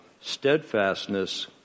steadfastness